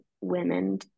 women